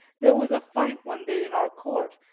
there was a fight one day in our court,